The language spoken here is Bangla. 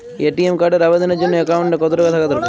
এ.টি.এম কার্ডের আবেদনের জন্য অ্যাকাউন্টে কতো টাকা থাকা দরকার?